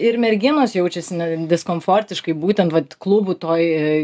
ir merginos jaučiasi diskomfortiškai būtent vat klubų toj